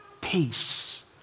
peace